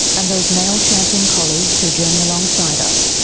and those male champion colleagues who journey alongside us,